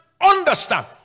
understand